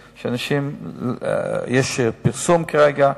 יש פרסום כרגע,